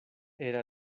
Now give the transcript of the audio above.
era